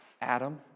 Adam